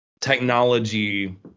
technology